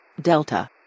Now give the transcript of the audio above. Delta